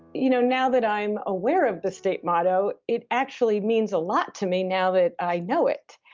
you know now that i'm aware of the state motto, it actually means a lot to me now that i know it.